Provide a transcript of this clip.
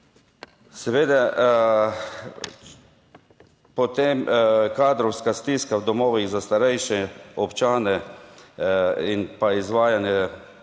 Seveda, potem kadrovska stiska v domovih za starejše občane in pa izvajanje